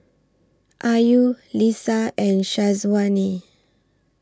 Ayu Lisa and Syazwani